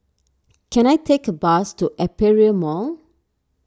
can I take a bus to Aperia Mall